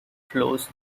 flows